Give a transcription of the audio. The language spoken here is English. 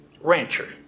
rancher